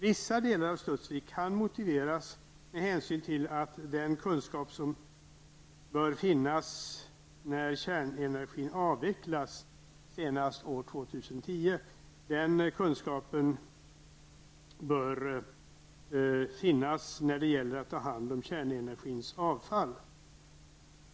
Vissa delar av Studsvik kan motiveras med hänsyn till den kunskap som bör finnas för att ta hand om kärnenergins avfall när kärnenergin avvecklas senast år 2010.